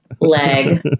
Leg